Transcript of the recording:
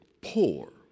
poor